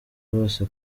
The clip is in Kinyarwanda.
bose